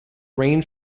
ranged